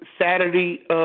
Saturday